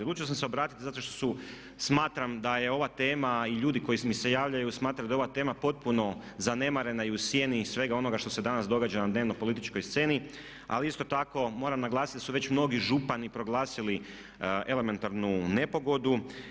Odlučio sam se obratiti zato što smatram da je ova tema i ljudi koji mi se javljaju smatraju da je ova tema potpuno zanemarena i u sjeni svega onoga što se danas događa na dnevno političkoj sceni ali isto tako moram naglasiti da su već mnogi župani proglasili elementarnu nepogodu.